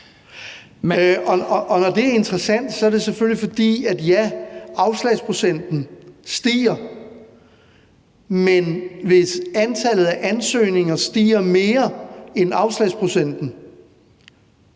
Når det er interessant, er det selvfølgelig, fordi afslagsprocenten stiger – ja – men hvis antallet af ansøgninger stiger mere end afslagsprocenten,